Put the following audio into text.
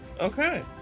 Okay